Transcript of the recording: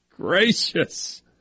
Gracious